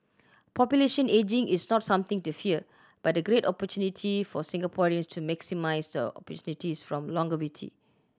population ageing is not something to fear but a great opportunity for Singaporeans to maximise the opportunities from longevity